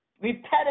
repetitive